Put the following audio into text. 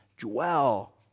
Dwell